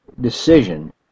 decision